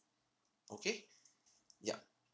okay yup